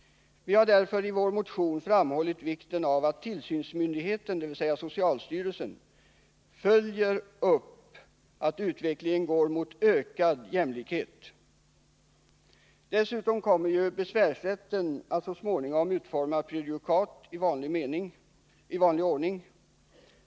Vi har därför i vår motion framhållit vikten av att tillsynsmyndigheten, dvs. socialstyrelsen, följer upp att utvecklingen går mot ökad jämlikhet. Dessutom kommer det ju så småningom genom besvärsrätten att utformas prejudikat i vanlig ordning.